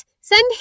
Send